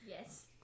Yes